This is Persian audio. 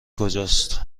کجاست